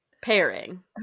pairing